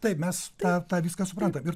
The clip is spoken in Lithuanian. taip mes tą tą viską suprantam ir